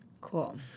Cool